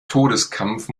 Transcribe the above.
todeskampf